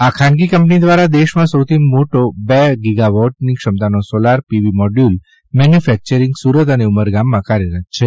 આ ખાનગી કંપની દ્વારા દેશમાં સૌથી મોટો બે ગીગાવોટની ક્ષમતાનો solar PV module manufacturing Surat અને ઉમરગામમાં કાર્યરત છે